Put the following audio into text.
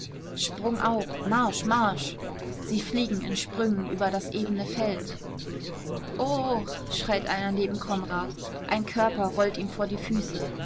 sprung auf marsch marsch sie fliegen in sprüngen über das ebene feld o o h schreit einer neben konrad ein körper rollt ihm vor die füße